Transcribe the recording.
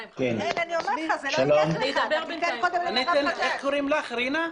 הוזמנתי מטעם איגוד העובדים הסוציאליים.